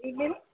ಇಡ್ಲೇನಾ